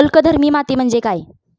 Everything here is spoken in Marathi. अल्कधर्मी माती म्हणजे काय?